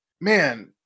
man